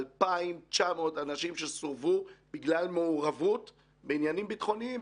2,900 אנשים שסורבו בגלל מעורבות בעניינים ביטחוניים,